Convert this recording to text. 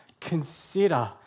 Consider